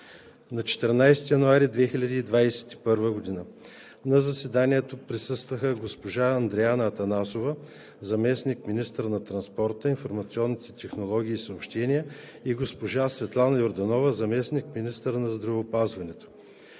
на 14 януари 2021 г. На заседанието присъстваха госпожа Андреана Атанасова – заместник-министър на транспорта, информационните технологии и съобщенията, и госпожа Светлана Йорданова – заместник-министър на здравеопазването.